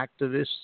activists